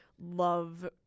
love